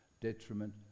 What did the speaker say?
detriment